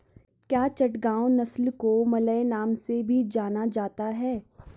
क्या चटगांव नस्ल को मलय नाम से भी जाना जाता है?